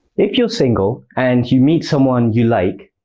if you're single and you meet someone you like,